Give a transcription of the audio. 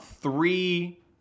three